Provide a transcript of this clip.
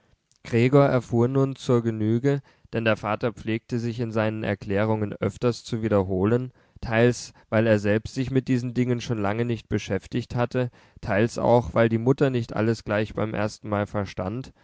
gregor erfuhr nun zur genüge denn der vater pflegte sich in seinen erklärungen öfters zu wiederholen teils weil er selbst sich mit diesen dingen schon lange nicht beschäftigt hatte teils auch weil die mutter nicht alles gleich beim erstenmal verstand